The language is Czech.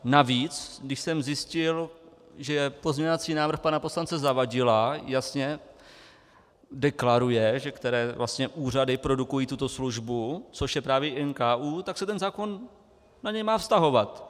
Navíc když jsem zjistil, že pozměňovací návrh pana poslance Zavadila jasně deklaruje, které úřady produkují tuto službu, což je právě i NKÚ, tak se ten zákon na něj má vztahovat.